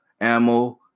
ammo